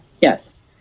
Yes